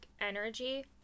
energy